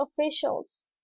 officials